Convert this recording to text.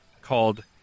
called